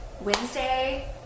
Wednesday